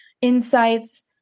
insights